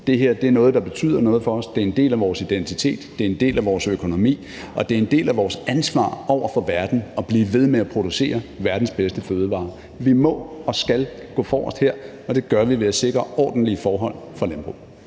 Det her er noget, der betyder noget for os. Det er en del af vores identitet, det er en del af vores økonomi, og det er en del af vores ansvar over for verden at blive ved med at producere verdens bedste fødevarer. Vi må og skal gå forrest her, og det gør vi ved at sikre ordentlige forhold for